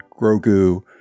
Grogu